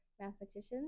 mathematicians